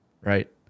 right